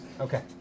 Okay